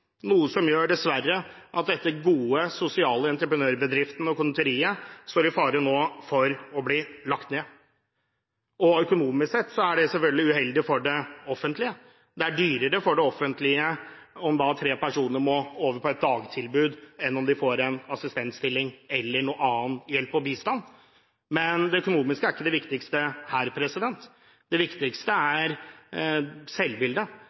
noe som gjør – dessverre – at denne gode, sosiale entreprenørbedriften og konditoriet nå står i fare for å bli lagt ned. Økonomisk sett er det selvfølgelig uheldig for det offentlige, for det er dyrere for det offentlige om tre personer må over på et dagtilbud enn om de får en assistentstilling eller noe annen hjelp og bistand. Men det økonomiske er ikke det viktigste her, det viktigste